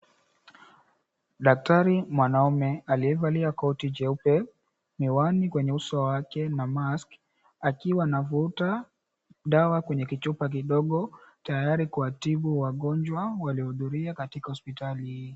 Daktari mwanaume aliyevalia koti jeupe, miwani kwenye uso wake na mask , akiwa anavuta dawa kwenye kichupa kidogo, tayari kuwatibu wagonjwa waliohudhuria katika hospitali.